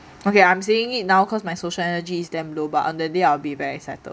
okay I'm seeing it now because my social energy is damn low but on the day I'll be very excited